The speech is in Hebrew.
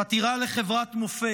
חתירה לחברת מופת,